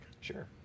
Sure